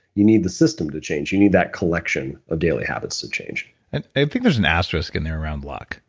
you need the system to change, you need that collection of daily habits to change and i think there's an asterisk in there around luck.